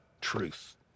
truth